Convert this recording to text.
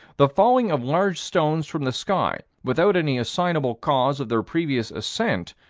the falling of large stones from the sky, without any assignable cause of their previous ascent,